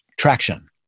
traction